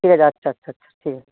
ঠিক আছে আচ্ছা আচ্ছা আচ্ছা ঠিক আছে